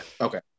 Okay